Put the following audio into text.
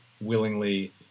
willingly